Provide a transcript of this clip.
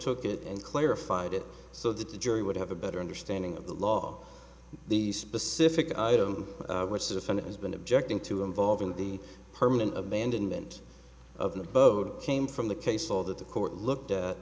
took it and clarified it so that the jury would have a better understanding of the law the specific item which the defendant has been objecting to involving the permanent abandonment of the boat came from the case law that the court looked